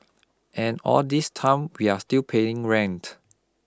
and all this time we are still paying rent